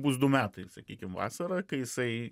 bus du metai sakykim vasarą kai jisai